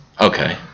Okay